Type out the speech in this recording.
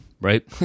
right